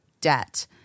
debt